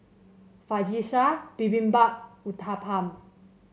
Fajitas Bibimbap Uthapam